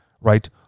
right